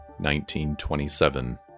1927